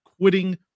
quitting